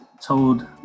told